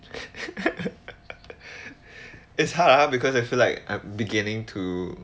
it's hard because I feel like I'm beginning to